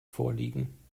vorliegen